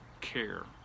care